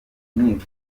inkiko